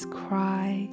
cry